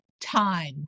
time